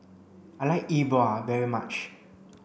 I like E Bua very much